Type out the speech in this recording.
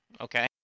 Okay